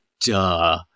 Duh